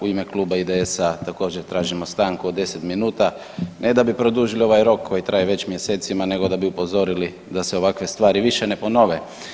U ime kluba IDS-a također tražimo stanku od 10 minuta ne da bi produžili ovaj rok koji traje već mjesecima nego da bi upozorili da se ovakve stvari više ne ponove.